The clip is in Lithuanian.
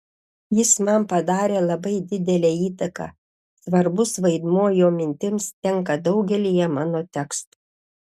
jis man padarė labai didelę įtaką svarbus vaidmuo jo mintims tenka daugelyje mano tekstų